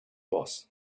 boss